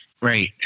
Right